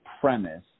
premise